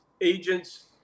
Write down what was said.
agents